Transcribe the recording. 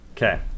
Okay